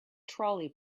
trolley